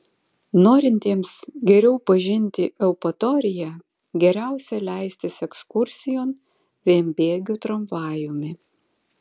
norintiems geriau pažinti eupatoriją geriausia leistis ekskursijon vienbėgiu tramvajumi